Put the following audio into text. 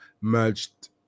merged